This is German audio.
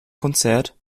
konzert